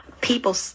People